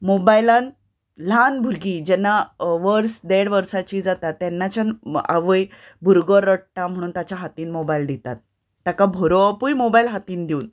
मोबायलान ल्हान भुरगीं जेन्ना वर्स देड वर्साची जातात तेन्नाच्यान आवय भुरगो रडटा म्हणून ताच्या हातीन मोबायल दितात ताका भरोवपूय मोबायल हातीन दिवन